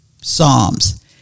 psalms